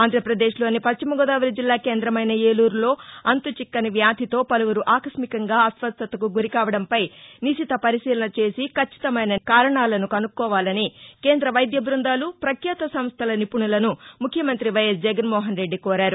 ఆంధ్రప్రదేశ్ లోని పశ్చిమ గోదావరి జిల్లా కేంద్రమైన ఏలూరులో అంతుచిక్కని వ్యాధితో పలువురు ఆకస్మికంగా అస్వస్థకు గురి కావడంపై నిశిత పరిశీలన చేసి కచ్చితమైన కారణాలను కనుక్కోవాలని కేంద్ర వైద్య బృందాలు ప్రఖ్యాత సంస్టల నిపుణులను ముఖ్యమంత్రి వైఎస్ జగన్మోహన్రెడ్డి కోరారు